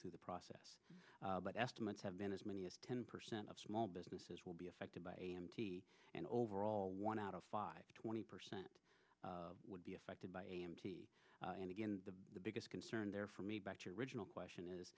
through the process but estimates have been as many as ten percent of small businesses will be affected by a m t and overall one out of five twenty percent would be affected by and again the biggest concern there for me back to your original question is